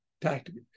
tactics